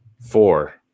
Four